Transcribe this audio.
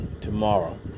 tomorrow